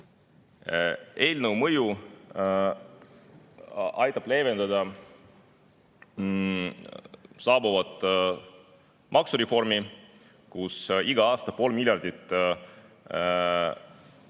eelnõu mõju aitab leevendada saabuvat maksureformi, kus igal aastal pool miljardit riigieelarve